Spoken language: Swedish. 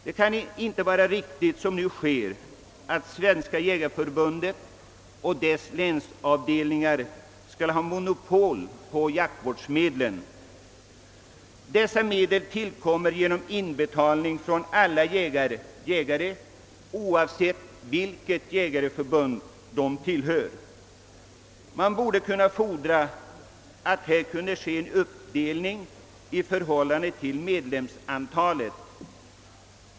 Det kan inte vara riktigt som nu sker att Svenska jägareförbundet och dess länsavdelningar skall ha monopol på jaktvårdsmedlen. Dessa medel tillkommer genom inbetalning från alla jägare, oavsett vilken jägarorganisation de tillhör. Man borde kunna fordra att här kunde ske en uppdelning i förhållande till medlemsantalet.